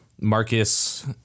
Marcus